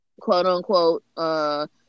quote-unquote